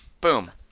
Boom